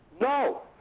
No